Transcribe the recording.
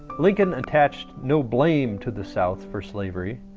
lincoln attached no blame to the south for slavery,